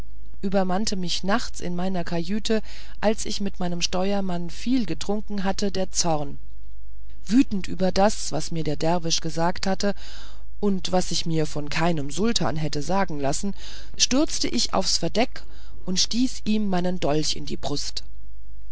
übermannte mich nachts in meiner kajüte als ich mit meinem steuermann viel getrunken hatte der zorn wütend über das was mir ein derwisch gesagt hatte und was ich mir von keinem sultan hätte sagen lassen stürzte ich aufs verdeck und stieß ihm meinen dolch in die brust